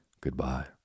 Goodbye